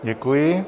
Děkuji.